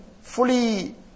fully